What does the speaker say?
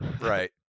right